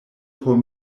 por